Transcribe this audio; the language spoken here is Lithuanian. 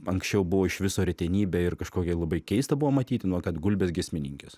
anksčiau buvo iš viso retenybė ir kažkokia labai keista buvo matyti nuo kad gulbės giesmininkės